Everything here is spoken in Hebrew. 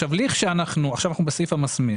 עכשיו אנחנו בסעיף המסמיך.